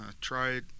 tried